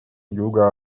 юга